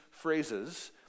phrases